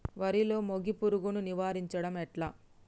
వరిలో మోగి పురుగును నివారించడం ఎట్లా?